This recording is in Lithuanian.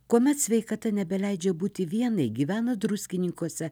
kuomet sveikata nebeleidžia būti vienai gyvena druskininkuose